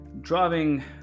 driving